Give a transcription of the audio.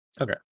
Okay